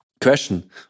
question